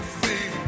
see